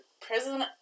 Prison